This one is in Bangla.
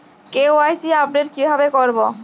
কে.ওয়াই.সি আপডেট কিভাবে করবো?